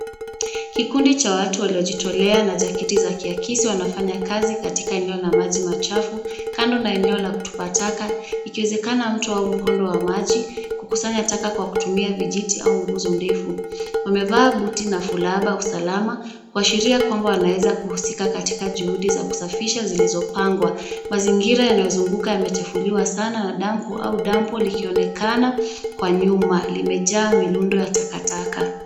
Kikundi cha watu waliojitolea na jaketi za kiakisi wanafanya kazi katika eneo la maji machafu, kando la eneo la kutupa taka ikiwezekana mto au mkondo wa maji kukusanya taka kwa kutumia vijiti au nguzo ndefu. Wamevaa buti fulaba wa usalama kuashiria kwamba wanaweza kuhusika katika juhudi za kusafisha zilizopangwa. Mazingira yanaozunguka yamechafuliwa sana na dampu au dampu likionekana kwa nyuma, limejaa mirundo ya taka taka.